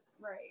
Right